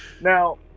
Now